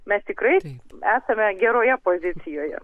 mes tikrai esame geroje pozicijoje